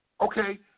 Okay